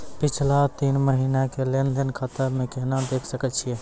पिछला तीन महिना के लेंन देंन खाता मे केना देखे सकय छियै?